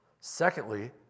Secondly